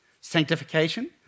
Sanctification